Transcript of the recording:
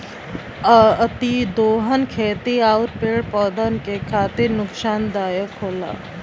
अतिदोहन खेती आउर पेड़ पौधन के खातिर नुकसानदायक होला